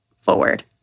forward